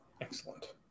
Excellent